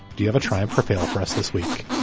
do you ever try and for fail for us this week?